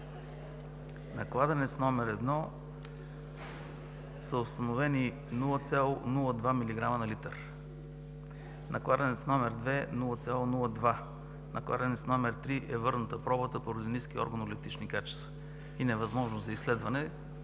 На кладенец № 1 са установени 0,02 милиграма на литър; на кладенец № 2 – 0,02; на кладенец № 3 е върната пробата, поради ниски органолептични качества и невъзможност за изследване,